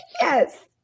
yes